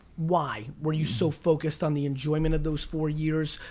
why? were you so focused on the enjoyment of those four years,